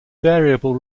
variable